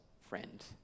friend